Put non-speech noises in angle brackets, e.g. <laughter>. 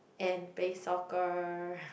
and play soccer <breath>